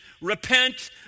repent